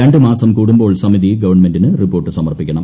രണ്ടു മാസം കൂടുമ്പോൾ സമിതി ഗവൺമെന്റിന് റിപ്പോർട്ട് സമർപ്പിക്കണം